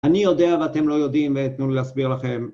אני יודע ואתם לא יודעים ותנו לי להסביר לכם